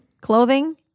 clothing